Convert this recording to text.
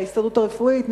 ההסתדרות הרפואית,